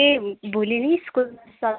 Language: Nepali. ए भोलि नि स्कुलमा सल्लाह गरौँ